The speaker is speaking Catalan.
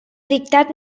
dictat